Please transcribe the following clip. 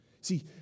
See